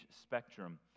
spectrum